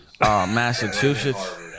Massachusetts